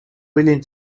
willing